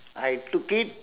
I took it